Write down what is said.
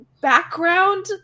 background